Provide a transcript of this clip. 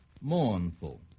mournful